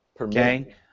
Okay